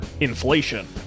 Inflation